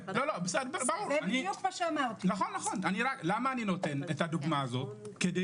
אני נותן את הדוגמה הזאת לכן